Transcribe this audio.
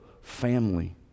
family